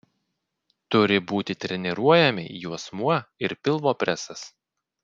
turi būti treniruojami juosmuo ir pilvo presas